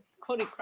Cody